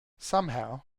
somehow